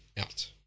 out